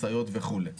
משאיות וכולי.